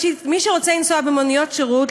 מי שרוצה לנסוע במוניות שירות,